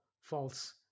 false